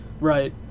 Right